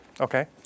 Okay